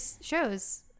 shows